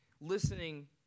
Listening